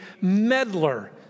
meddler